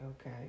okay